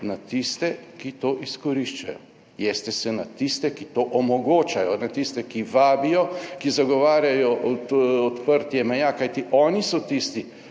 na tiste, ki to izkoriščajo, jezite se na tiste, ki to omogočajo, na tiste, ki vabijo, ki zagovarjajo odprtje meja, kajti oni so tisti,